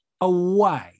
away